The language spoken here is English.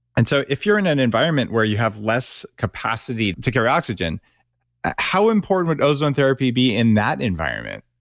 and so, if you're in an environment where you have less capacity to carry oxygen how important would ozone therapy be in that environment,